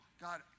God